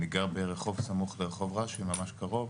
אני גר ברחוב סמוך לרחוב רש"י, ממש קרוב,